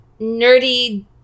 nerdy